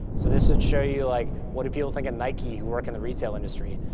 so this would show you like what do people think at nike who work in the retail industry,